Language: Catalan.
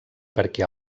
perquè